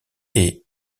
est